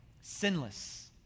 sinless